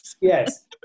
Yes